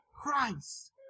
Christ